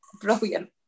Brilliant